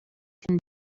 can